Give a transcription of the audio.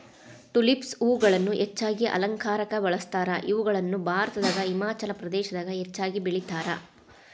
tulips ಹೂಗಳನ್ನ ಹೆಚ್ಚಾಗಿ ಅಲಂಕಾರಕ್ಕ ಬಳಸ್ತಾರ, ಇವುಗಳನ್ನ ಭಾರತದಾಗ ಹಿಮಾಚಲ ಪ್ರದೇಶದಾಗ ಹೆಚ್ಚಾಗಿ ಬೆಳೇತಾರ